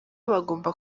bagomba